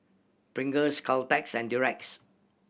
Pringles Caltex and Durex